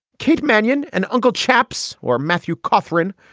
kate manyon, an uncle, chaps, or matthew katherine,